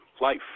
life